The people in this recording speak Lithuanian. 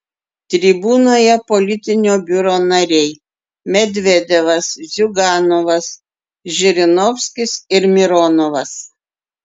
tribūnoje politinio biuro nariai medvedevas ziuganovas žirinovskis ir mironovas